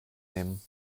nehmen